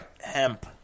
Hemp